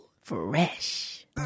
Fresh